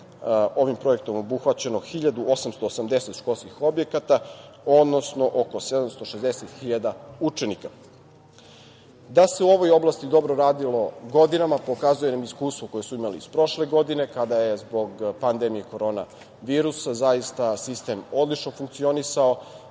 ovim projektom obuhvaćeno 1.880 školskih objekata, odnosno oko 760.000 učenika. Da se u ovoj oblasti dobro radilo godinama pokazuje nam iskustvo koje smo imali iz prošle godine kada je zbog pandemije korona virusa zaista sistem odlično funkcionisao.